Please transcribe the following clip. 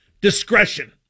Discretion